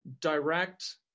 direct